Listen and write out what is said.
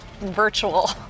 virtual